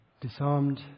disarmed